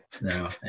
No